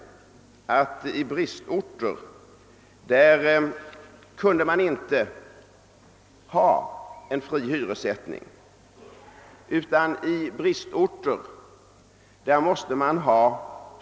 Vi kan inte ha en fri hyressättning i bristorterna.